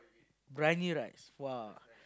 briyani rice !wah!